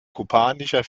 kubanischer